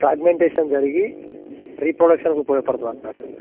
fragmentation జరిగి రీప్రొడక్షన్కు ఉపయోగపడుతుంది అన్నట్టు